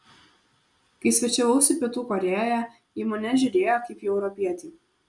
kai svečiavausi pietų korėjoje į mane žiūrėjo kaip į europietį